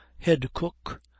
head-cook